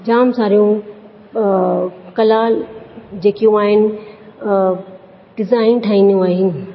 जाम सारियूं कला जेकियूं आहिनि ॾिज़ाइन ठाहींदियूं आइन